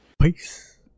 Peace